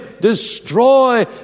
destroy